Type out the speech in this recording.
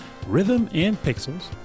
Rhythmandpixels